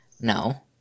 No